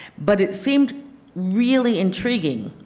but it seemed really intriguing.